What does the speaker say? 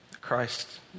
Christ